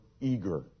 eager